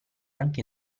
anche